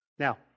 Now